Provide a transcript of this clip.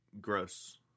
gross